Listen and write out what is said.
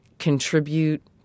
contribute